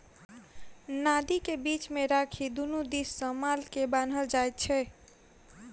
नादि के बीच मे राखि दुनू दिस सॅ माल के बान्हल जाइत छै